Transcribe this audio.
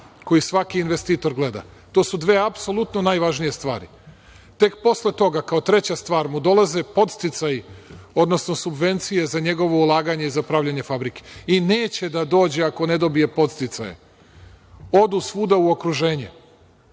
koje svaki investitor gleda. To su dve apsolutno najvažnije stvari. Tek posle toga mu kao treća stvar dolaze podsticaji, odnosno subvencije za njegovo ulaganje i za pravljenje fabrike i neće da dođe ako ne dobije podsticaje. Odu svuda u okruženje. Onaj